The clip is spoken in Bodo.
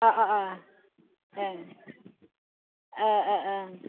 अ अ अ ओं ओं ओं